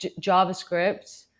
JavaScript